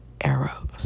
arrows